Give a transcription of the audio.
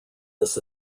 this